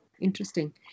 Interesting